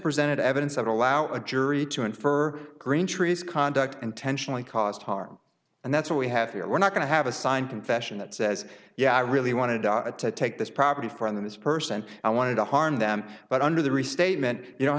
presented evidence that allow a jury to infer green trees conduct intentionally caused harm and that's what we have here we're not going to have a signed confession that says yeah i really wanted to take this property from this person i wanted to harm them but under the restatement you don't